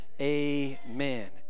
amen